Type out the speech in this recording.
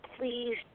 please